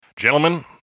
Gentlemen